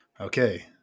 Okay